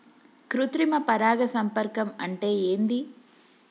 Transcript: కృత్రిమ పరాగ సంపర్కం అంటే ఏంది?